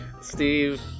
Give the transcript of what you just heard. Steve